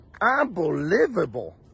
unbelievable